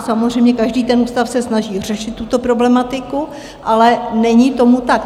Samozřejmě každý ústav se snaží řešit tuto problematiku, ale není tomu tak.